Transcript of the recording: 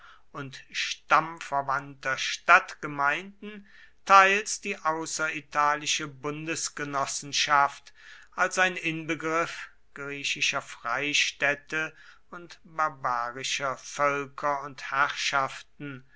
und stammverwandter stadtgemeinden teils die außeritalische bundesgenossenschaft als ein inbegriff griechischer freistädte und barbarischer völker und herrschaften